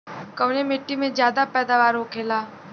कवने मिट्टी में ज्यादा पैदावार होखेला?